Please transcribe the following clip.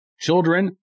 children